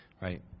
Right